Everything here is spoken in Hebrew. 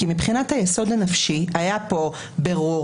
כי מבחינת היסוד הנפשי היה פה בירור,